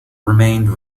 remained